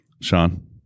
Sean